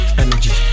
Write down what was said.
energy